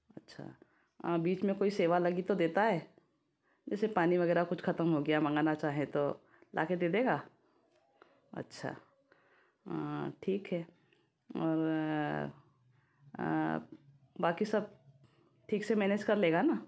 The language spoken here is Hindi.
अच्छा बीच में कोई सेवा लगी तो देता है जैसे पानी वगैरह कुछ खत्म हो गया मंगाना चाहे तो ला कर दे देगा अच्छा ठीक है और बाकी सब ठीक से मैनेज कर लेगा ना